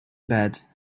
bed